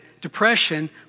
depression